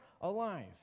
alive